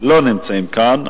לא נמצאים כאן.